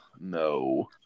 No